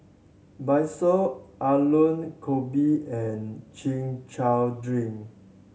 Bakso Aloo Gobi and Chin Chow drink